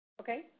Okay